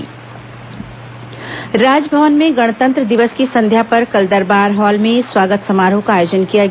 राजभवन स्वागत समारोह राजभवन में गणतंत्र दिवस की संध्या पर कल दरबार हॉल में स्वागत समारोह का आयोजन किया गया